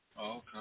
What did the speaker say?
Okay